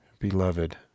beloved